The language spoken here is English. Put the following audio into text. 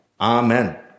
Amen